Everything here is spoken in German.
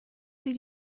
sie